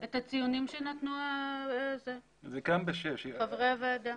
את הציונים שנתנו חברי הוועדה.